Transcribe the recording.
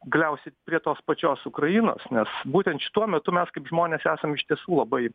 galiausiai prie tos pačios ukrainos nes būtent šituo metu mes kaip žmonės esam iš tiesų labai